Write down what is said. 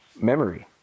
memory